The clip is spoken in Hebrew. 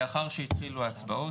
אדוני היושב-ראש,